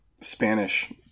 Spanish